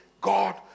God